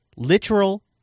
Literal